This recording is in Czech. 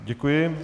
Děkuji.